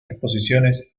exposiciones